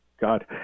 God